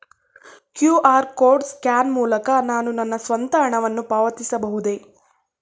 QR code scan ಮೂಲಕ ನಾನು ನನ್ನ ಸ್ವಂತ ಹಣವನ್ನು ಪಾವತಿಸಬಹುದೇ?